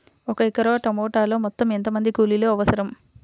ఒక ఎకరా టమాటలో మొత్తం ఎంత మంది కూలీలు అవసరం?